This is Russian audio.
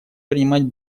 принимать